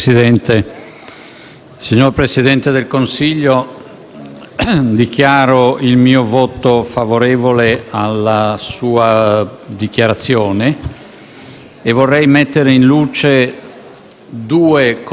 e vorrei mettere in luce due conseguenze per l'Italia derivanti dalla situazione a livello europeo che lei ha descritto in modo, a mio avviso, persuasivo.